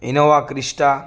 Innova Crysta